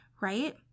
right